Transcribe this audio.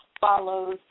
follows